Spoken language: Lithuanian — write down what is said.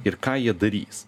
ir ką jie darys